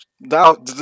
Now